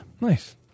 nice